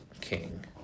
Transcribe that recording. king